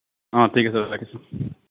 অ' ঠিক আছে ৰাখিছোঁ